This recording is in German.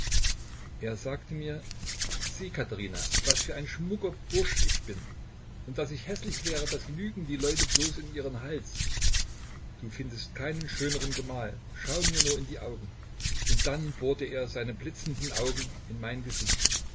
er sagte mir sieh katherina was für ein schmucker bursch ich bin und daß ich häßlich wäre das lügen die leute bloß in ihren hals du findest keinen schöneren gemahl schau mir nur in die augen und dann bohrte er seine blitzenden augen in mein gesicht